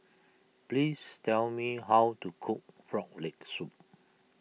please tell me how to cook Frog Leg Soup